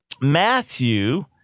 Matthew